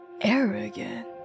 arrogant